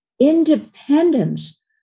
independence